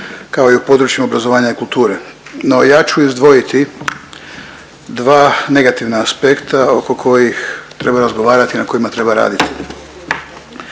kao i u području obrazovanja i kulture. No ja ću izdvojiti dva negativna aspekta oko kojih treba razgovarati i na kojima treba raditi.